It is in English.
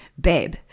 babe